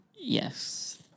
Yes